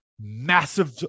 massive